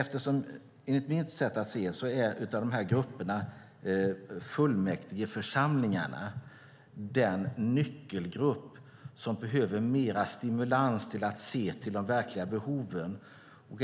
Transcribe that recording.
Men enligt mitt sätt att se är, av de här grupperna, fullmäktigeförsamlingarna den nyckelgrupp som behöver mer stimulans när det gäller att se till de verkliga behoven.